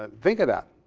ah think of that.